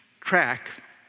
track